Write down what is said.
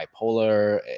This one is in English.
bipolar